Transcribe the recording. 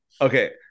Okay